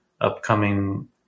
upcoming